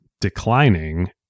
declining